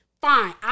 Fine